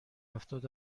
هفتاد